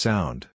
Sound